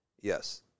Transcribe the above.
yes